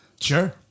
Sure